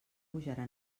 pujarà